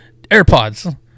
AirPods